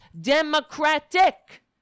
democratic